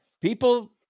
people